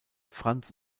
franz